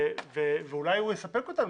ואולי הוא יספק אותנו,